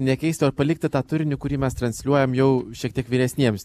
nekeistų ar palikti tą turinį kurį mes transliuojam jau šiek tiek vyresniems